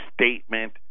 statement